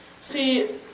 See